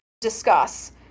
discuss